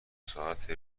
ساعت